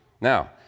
Now